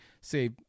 say